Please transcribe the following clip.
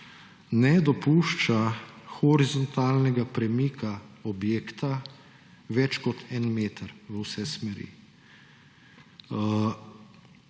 ne dopušča horizontalnega premika objekta več kot en meter v vse smeri.